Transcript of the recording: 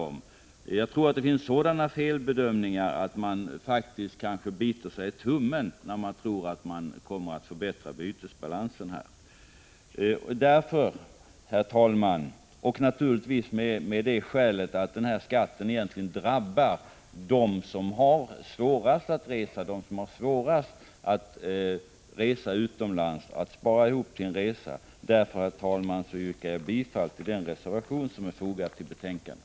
Jag tror att det finns sådana felbedömningar att man kanske biter sig i tummen när man tror att man kommer att förbättra bytesbalansen i och med detta. Denna skatt drabbar ju dem som har det svårast att spara ihop till en utlandsresa. Därför, herr talman, yrkar jag bifall till den reservation som är fogad till betänkandet.